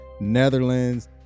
Netherlands